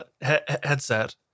headset